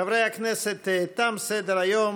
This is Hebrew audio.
חברי הכנסת, תם סדר-היום.